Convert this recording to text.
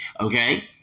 okay